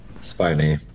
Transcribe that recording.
Spiny